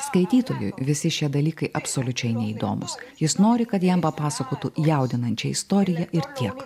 skaitytojui visi šie dalykai absoliučiai neįdomūs jis nori kad jam papasakotų jaudinančią istoriją ir tiek